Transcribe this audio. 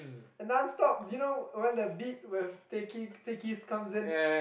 non stop you know when the beat with ticket tickets comes in